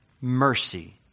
mercy